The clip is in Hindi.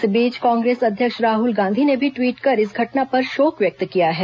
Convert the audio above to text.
इस बीच कांग्रेस अध्यक्ष राहुल गांधी ने भी ट्वीट कर इस घटना पर शोक व्यक्त किया है